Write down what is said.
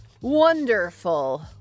wonderful